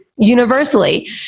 Universally